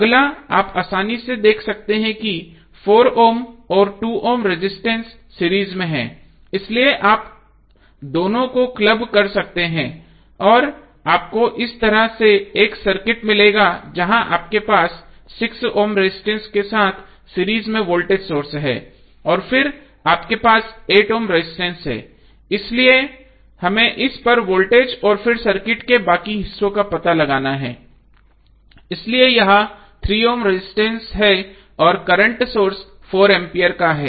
अगला आप आसानी से देख सकते हैं कि 4 ओम और 2 ओम रजिस्टेंस सीरीज में हैं इसलिए आप दोनों को क्लब कर सकते हैं और आपको इस तरह से एक सर्किट मिलेगा जहां आपके पास 6 ओम रजिस्टेंस के साथ सीरीज में वोल्टेज सोर्स है और फिर आपके पास 8 ओम रजिस्टेंस हैं इसलिए हमें इस पर वोल्टेज और फिर सर्किट के बाकी हिस्सों का पता लगाना है इसलिए यह 3 ohm रजिस्टेंस है और करंट सोर्स 4 एम्पीयर का है